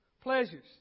pleasures